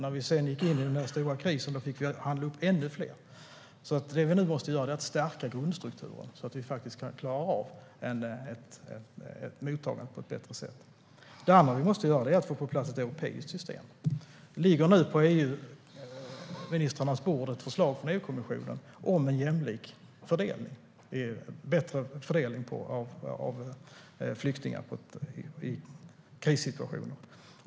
När vi sedan gick in i den stora krisen fick vi handla upp ännu fler. Det vi nu måste göra är alltså att stärka grundstrukturen så att vi faktiskt klarar av mottagandet på ett bättre sätt. Det andra vi måste göra är att få ett europeiskt system på plats. På EU-ministrarnas bord ligger nu ett förslag från EU-kommissionen om en jämlik fördelning - en bättre fördelning av flyktingar i krissituationer.